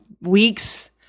weeks